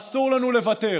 אסור לנו לוותר.